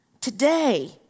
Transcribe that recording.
Today